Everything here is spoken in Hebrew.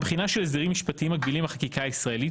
הבחינה של הסדרים משפטיים מקבילים בחקיקה הישראלית